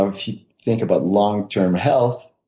ah if you think about long term health,